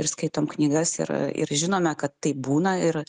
ir skaitom knygas ir ir žinome kad taip būna ir